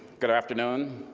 good afternoon.